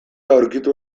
aurkitu